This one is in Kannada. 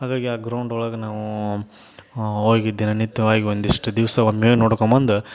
ಹಾಗಾಗಿ ಆ ಗ್ರೌಂಡ್ ಒಳಗೆ ನಾವು ಹೋಗಿ ದಿನನಿತ್ಯವಾಗಿ ಒಂದಿಷ್ಟು ದಿವಸ ಒಮ್ಮೆಲೇ ನೋಡ್ಕೊಬಂದು